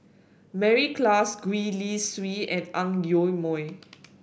Mary Klass Gwee Li Sui and Ang Yoke Mooi